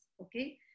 Okay